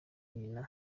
nyina